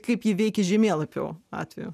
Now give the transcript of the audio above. kaip ji veikė žemėlapių atveju